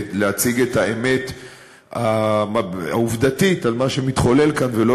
ולהציג את האמת העובדתית על מה שמתחולל כאן ולא